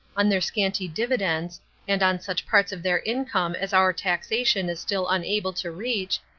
on their scanty dividends and on such parts of their income as our taxation is still unable to reach,